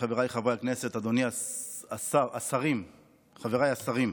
חבריי חברי הכנסת, חבריי השרים,